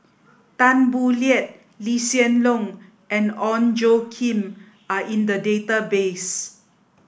Tan Boo Liat Lee Hsien Loong and Ong Tjoe Kim are in the database